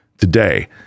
today